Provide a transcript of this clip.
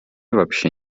вообще